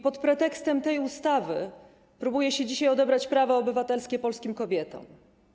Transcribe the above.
Pod pretekstem tej ustawy próbuje się dzisiaj odebrać prawa obywatelskie polskim kobietom.